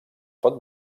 pot